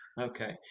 Okay